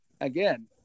again